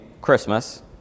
christmas